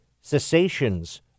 cessations